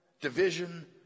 division